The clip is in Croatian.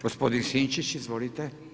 Gospodin Sinčić, izvolite.